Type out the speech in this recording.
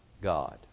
God